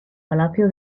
palacio